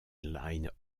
line